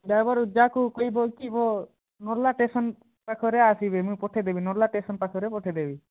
driver ଯାହାକୁ କହିବ ଥିବ ନର୍ଲା ଷ୍ଟେସନ୍ ପାଖରେ ଆସିବେ ମୁଇଁ ପଠାଇଦେମି ନର୍ଲା ଷ୍ଟେସନ୍ ପାଖରେ ପଠାଇଦେମି